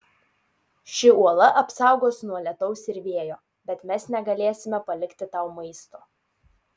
ši uola apsaugos nuo lietaus ir vėjo bet mes negalėsime palikti tau maisto